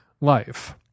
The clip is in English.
life